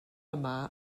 yma